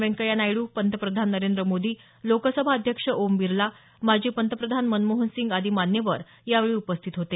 वेंकय्या नायडू पंतप्रधान नरेंद्र मोदी लोकसभा अध्यक्ष ओम बिरला माजी पंतप्रधान मनमोहन सिंग आदी मान्यवर यावेळी उपस्थित होते